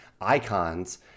icons